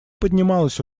поднималась